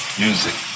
music